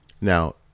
now